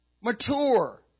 Mature